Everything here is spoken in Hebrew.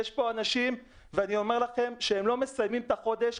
יש פה אנשים שלא מסיימים את החודש,